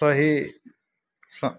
सहीसँ